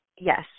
yes